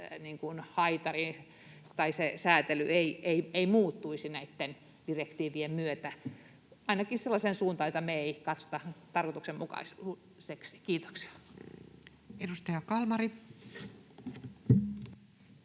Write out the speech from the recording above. tai -säätely ei muuttuisi näitten direktiivien myötä ainakaan sellaiseen suuntaan, jota me ei katsota tarkoituksenmukaiseksi. — Kiitoksia. Edustaja Kalmari.